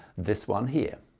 this one here